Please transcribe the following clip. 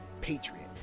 patriot